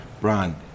Brian